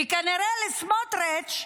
וכנראה לסמוטריץ'